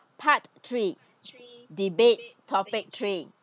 part three debate topic three